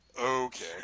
Okay